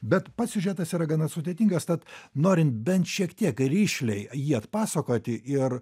bet pats siužetas yra gana sudėtingas tad norint bent šiek tiek rišliai jį atpasakoti ir